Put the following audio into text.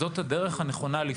הוא הדרך הנכונה לפעול.